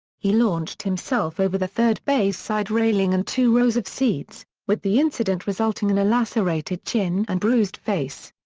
he launched himself over the third-base side railing and two rows of seats, with the incident resulting in a lacerated chin and bruised face.